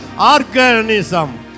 organism